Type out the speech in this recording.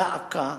דא עקא,